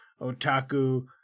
otaku